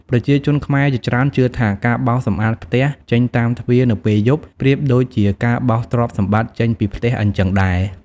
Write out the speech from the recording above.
ប្រជាជនខ្មែរជាច្រើនជឿថា ការបោសសម្អាតផ្ទះចេញតាមទ្វារនៅពេលយប់ ប្រៀបដូចជាការបោសទ្រព្យសម្បត្តិចេញពីផ្ទះអញ្ចឹងដែរ។